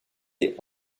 est